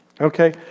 Okay